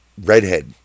redhead